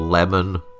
Lemon